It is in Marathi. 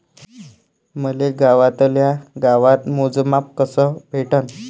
मले गावातल्या गावात मोजमाप कस भेटन?